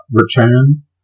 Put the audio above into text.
returns